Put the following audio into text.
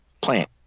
plant